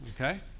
Okay